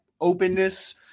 openness